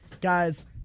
guys